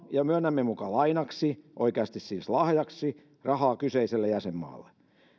ja myönnämme muka lainaksi oikeasti siis lahjaksi rahaa kyseiselle jäsenmaalle